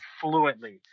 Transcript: fluently